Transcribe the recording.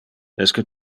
esque